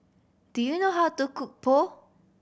do you know how to cook Pho